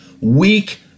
weak